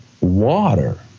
water